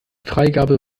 freigabe